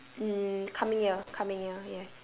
um coming year coming year yes